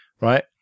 right